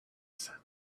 said